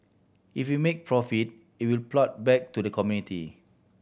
if you make profit it will plough back to the community